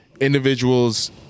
individuals